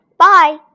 Bye